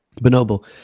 Bonobo